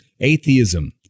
atheism